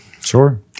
Sure